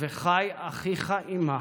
וחי אחיך עימך,